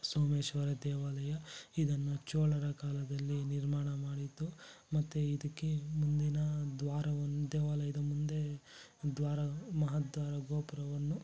ಸೋಮೇಶ್ವರ ದೇವಾಲಯ ಇದನ್ನು ಚೋಳರ ಕಾಲದಲ್ಲಿ ನಿರ್ಮಾಣ ಮಾಡಿದ್ದು ಮತ್ತೆ ಇದಿಕ್ಕೆ ಮುಂದಿನ ದ್ವಾರವನ್ನು ದೇವಾಲಯದ ಮುಂದೆ ದ್ವಾರ ಮಹಾದ್ವಾರ ಗೋಪುರವನ್ನು